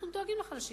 אנחנו דואגים לחלשים,